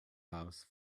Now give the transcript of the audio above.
house